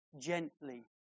gently